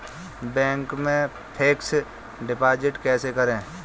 Bank में fix deposit कैसे करें?